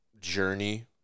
journey